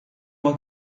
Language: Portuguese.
uma